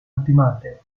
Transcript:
ultimate